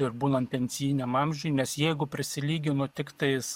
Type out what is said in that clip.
ir būnant pensijiniam amžiui nes jeigu prisilyginu tiktais